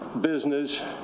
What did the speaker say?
business